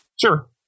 Sure